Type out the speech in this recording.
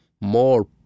more